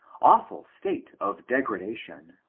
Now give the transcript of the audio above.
awful state of degradation!